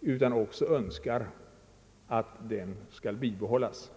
utan också önskar att den skall bibehållas.